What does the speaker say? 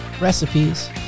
recipes